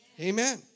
Amen